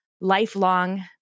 lifelong